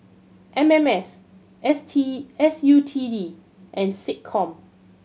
M M S T S U T D and SecCom